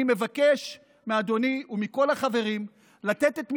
אני מבקש מאדוני ומכל החברים לתת את תמיכתם.